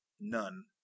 None